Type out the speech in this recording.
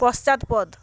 পশ্চাৎপদ